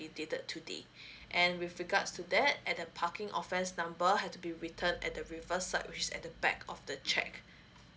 dated today and with regards to that at the parking offence number have to be written at the refer service which is at the back of the cheque